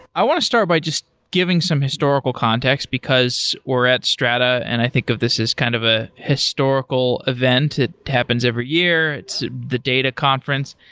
i want to start by just giving some historical context, because we're at strata and i think of this as kind of a historical event. it happens every year. it's the data conference.